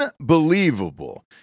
unbelievable